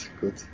good